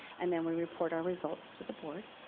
and then we report or results to the board.